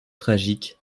tragique